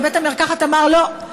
ובית המרקחת אמר: לא,